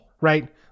right